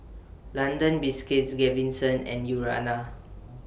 London Biscuits Gaviscon and Urana